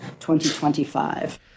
2025